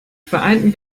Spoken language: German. vereinten